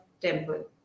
temple